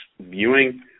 viewing